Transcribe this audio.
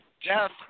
Jeff